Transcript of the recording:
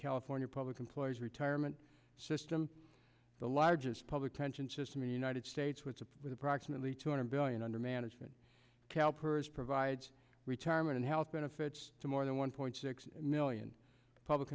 california public employees retirement system the largest public pension system in the united states which is with approximately two hundred billion under management cal pers provides retirement and health benefits to more than one point six million public